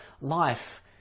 life